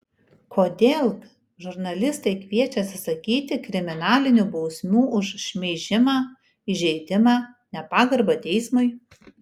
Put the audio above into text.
kodėl žurnalistai kviečia atsisakyti kriminalinių bausmių už šmeižimą įžeidimą nepagarbą teismui